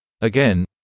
Again